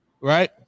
right